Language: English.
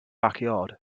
backyard